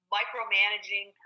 micromanaging